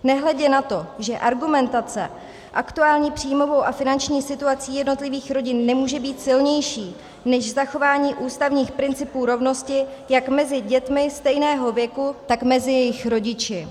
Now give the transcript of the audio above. Nehledě na to, že argumentace aktuální příjmovou a finanční situací jednotlivých rodin nemůže být silnější než zachování ústavních principů rovnosti jak mezi dětmi stejného věku, tak mezi jejich rodiči.